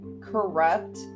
corrupt